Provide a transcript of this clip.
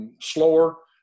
Slower